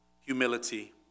humility